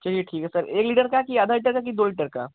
चलिए ठीक है सर एक लीटर का आधा लीटर का के दो लीटर का